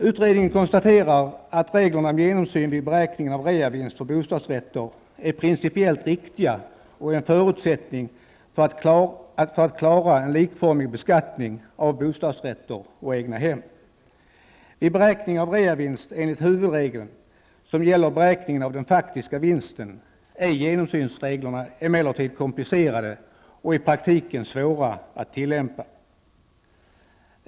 Utredningen konstaterar att reglerna om genomsyn vid beräkning av reavinst för bostadsrätter är principiellt riktiga och en förutsättning för att klara en likformig beskattning av bostadsrätter och egnahem. Vid beräkning av reavinst enligt huvudregeln, som gäller beräkningen av den faktiska vinsten, är genomsynsreglerna emellertid komplicerade och i praktiken svåra att tillämpa.